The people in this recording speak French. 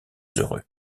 heureux